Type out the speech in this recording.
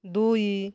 ଦୁଇ